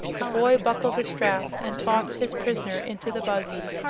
the boy buckled the strap and tossed his prisoner into the buggy.